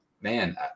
man